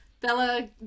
Bella